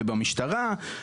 ובמשטרה,